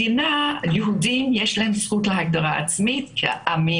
ליהודים שיש זכות להגדרה עצמית כשאר העמים,